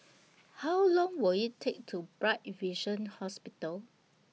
How Long Will IT Take to Walk to Bright Vision Hospital